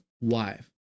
wife